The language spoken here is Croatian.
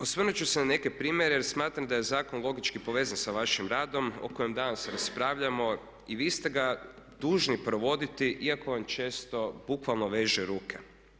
Osvrnut ću se na neke primjere jer smatram da je zakon logički povezan sa vašim radom o kojem danas raspravljamo i vi ste ga dužni provoditi iako vam često bukvalno veže ruke.